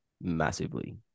massively